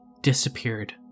disappeared